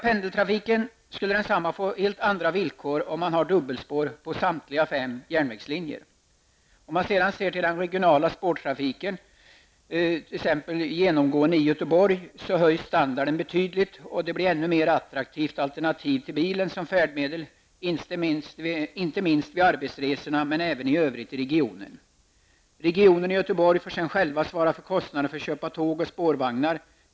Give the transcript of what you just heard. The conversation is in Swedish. Pendeltrafiken skulle få helt andra villkor om man hade dubbelspår på samtliga fem järnvägslinjer. Om man sedan också ser till att den regionala spårtrafiken blir genomgående i Göteborg skulle standarden höjas betydligt. Det skulle bli ett ännu mer attraktivt alternativ till bilen som färdmedel, inte minst vid arbetsresor men även i övrigt i regionen. Regionen och Göteborg får själva svara för kostnaderna för att köpa in tåg och spårvagnar.